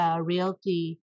realty